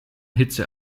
hitze